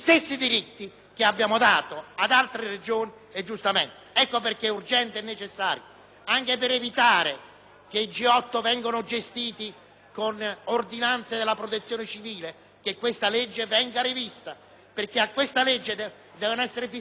del G8 vengano gestiti con ordinanze della protezione civile. Occorre che questa legge venga rivista, perché in essa debbono essere fissati i diritti della gente. Non è possibile che i deboli del Molise vengano trattati in maniera diversa da quelli di altre Regioni.